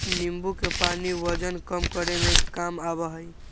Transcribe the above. नींबू के पानी वजन कम करे में काम आवा हई